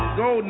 go